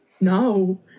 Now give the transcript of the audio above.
No